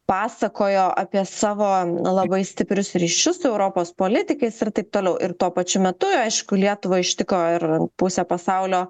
pasakojo apie savo labai stiprius ryšius su europos politikais ir taip toliau ir tuo pačiu metu aišku lietuvą ištiko ir pusę pasaulio